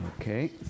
Okay